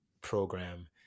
program